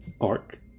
arc